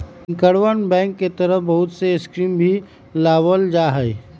बैंकरवन बैंक के तहत बहुत से स्कीम के भी लावल जाहई